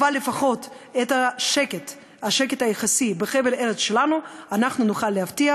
אבל לפחות את השקט היחסי בחבל הארץ שלנו אנחנו נוכל להבטיח.